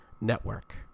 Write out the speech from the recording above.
Network